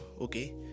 okay